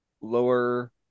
lower